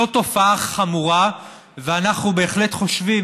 זאת תופעה חמורה ואנחנו בהחלט חושבים,